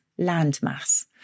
landmass